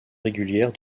régulière